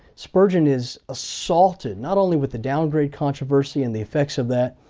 spurgeon is assaulted not only with the downgrade controversy and the effects of that,